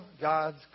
God's